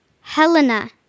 Helena